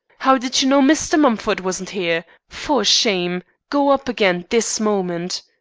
how did you know mr. mumford wasn't here? for shame! go up again this moment